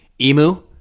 Emu